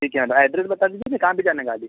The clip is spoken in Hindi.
ठीक है न एड्रेस बता दीजिए न कहाँ भिजाना गाड़ी